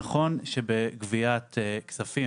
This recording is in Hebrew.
נכון שבגביית כספים,